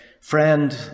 friend